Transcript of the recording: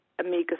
Omega